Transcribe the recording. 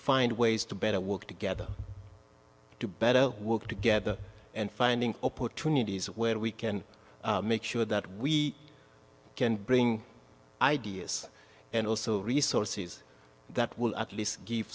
find ways to better work together to better work together and finding opportunities where we can make sure that we can bring ideas and also resources that will at least give